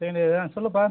second இயரா சொல்லுப்பா